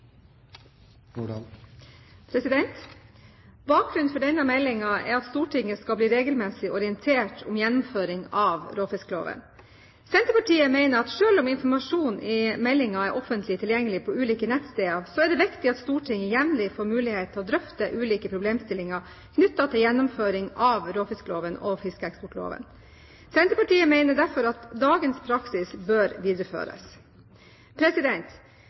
replikk. Bakgrunnen for denne meldingen er at Stortinget skal bli regelmessig orientert om gjennomføring av råfiskloven. Senterpartiet mener at selv om informasjonen i meldingen er offentlig tilgjengelig på ulike nettsteder, er det viktig at Stortinget jevnlig får mulighet til å drøfte ulike problemstillinger knyttet til gjennomføring av råfiskloven og fiskeeksportloven. Senterpartiet mener derfor at dagens praksis bør videreføres.